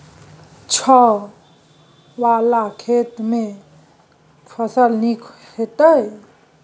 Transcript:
छै ॉंव वाला खेत में केना फसल नीक होयत?